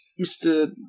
Mr